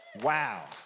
wow